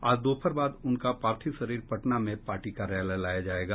आज दोपहर बाद उनका पार्थिव शरीर पटना में पार्टी कार्यालय लाया जाएगा